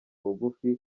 bugufi